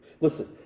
Listen